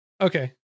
okay